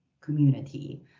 community